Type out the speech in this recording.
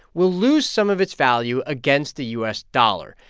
will lose some of its value against the u s. dollar.